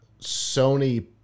Sony